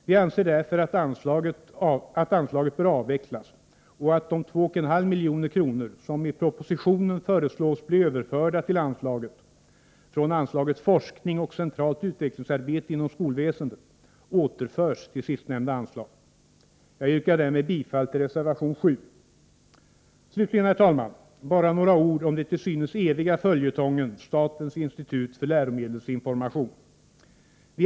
Vi anser därför att anslaget bör avvecklas och att de 2,5 milj.kr. som i propositionen föreslås bli överförda till anslaget från anslaget Forskning och centralt utvecklingsarbete inom skolväsendet återförs till sistnämnda anslag. Jag yrkar därmed bifall till reservation 7. Slutligen, herr talman, bara några ord om den till synes eviga följetongen statens institut för läromedelsinformation, SIL.